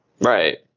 right